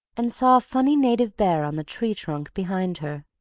and saw a funny native bear on the tree trunk behind her.